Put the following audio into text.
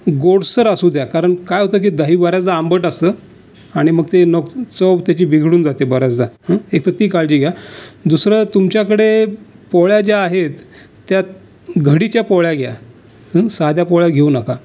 गोडसर असू द्या कारण काय होतं की दही बऱ्याचदा आंबट असतं आणि मग ते मग चव त्याची बिघडून जाते बऱ्याचदा एकतर ती काळजी घ्या दुसरं तुमच्याकडे पोळ्या ज्या आहेत त्या घडीच्या पोळ्या घ्या साध्या पोळ्या घेऊ नका